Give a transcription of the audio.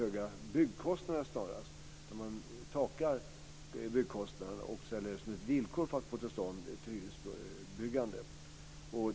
Man sätter ett tak på byggkostnaderna och ställer det som ett villkor för att få till stånd ett hyreshusbyggande.